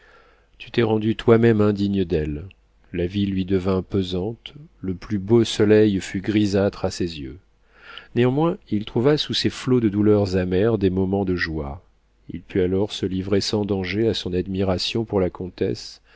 tu t'es rendu toi-même indigne d'elle la vie lui devint pesante le plus beau soleil fut grisâtre à ses yeux néanmoins il trouva sous ces flots de douleurs amères des moments de joie il put alors se livrer sans danger à son admiration pour la comtesse